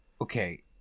Okay